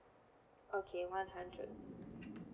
okay one hundred